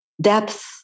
depth